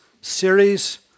series